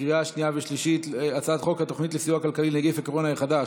התוכנית לסיוע כלכלי (נגיף הקורונה החדש,